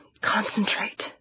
Concentrate